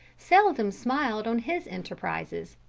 seldom smiled on his enterprises.